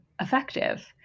effective